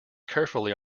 carefully